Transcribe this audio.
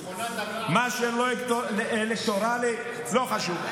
מה שלא אלקטורלי, לא חשוב.